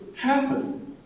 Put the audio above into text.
happen